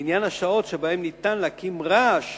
לעניין השעות שבהן ניתן להקים רעש